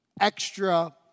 extra